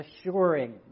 assuring